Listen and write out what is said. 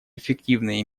эффективные